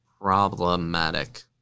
Problematic